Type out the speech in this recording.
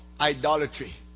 idolatry